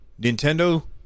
Nintendo